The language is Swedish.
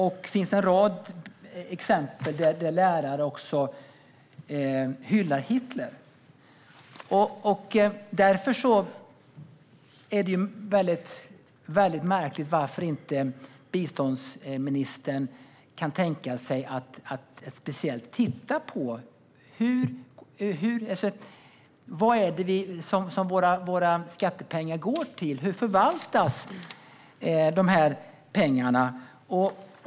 Det finns också en rad exempel där lärare hyllar Hitler. Därför är det märkligt att biståndsministern inte kan tänka sig att speciellt titta på vad våra skattepengar går till. Hur förvaltas dessa pengar?